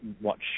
watch